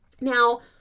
Now